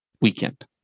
weekend